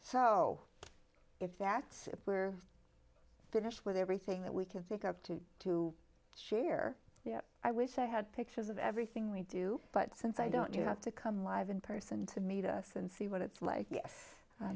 if that's we're finished with everything that we can think of to to share yeah i wish i had pictures of everything we do but since i don't you have to come live in person to meet us and see what it's like yes